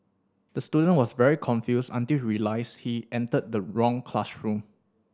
the student was very confused until he realised he entered the wrong classroom